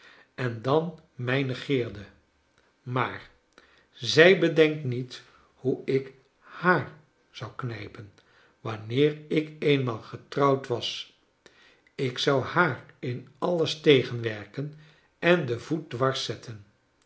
en dan mij negeerde maar zij bedenkt niet hoe ik haar zou knijpen wanneer ik eenmaal getrouwd was ik zou haar in alles tegen werken en den voet dwars zetten